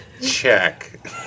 Check